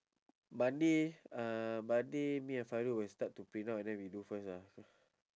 monday uh monday me and fairul will start to print out and then we do first ah